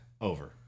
Over